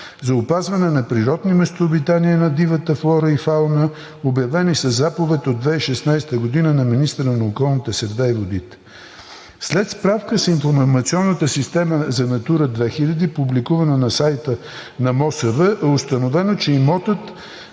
за опазване на природни местообитания на дивата флора и фауна, обявени със Заповед от 2016 г. на министъра на околната среда и водите. След справка с информационната система за „Натура 2000“, публикувана на сайта на МОСВ, е установено, че имотът